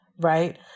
right